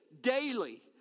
daily